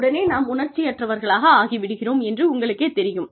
உடனே நாம் உணர்ச்சியற்றவர்களாக ஆகிவிடுகிறோம் என்று உங்களுக்கேத் தெரியும்